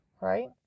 right